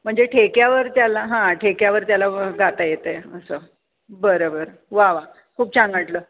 म्हणजे ठेक्यावर त्याला हां ठेक्यावर त्याला गाता येत आहे असं बरं बरं वा वा खूप छान वाटलं